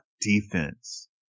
defense